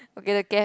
okay the ca~